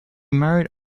married